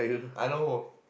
I know who